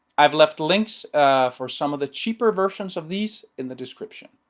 i've left links for some of the cheaper versions of these in the description.